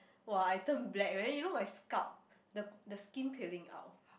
!wah! I turned black man you know my scalp the the skin peeling out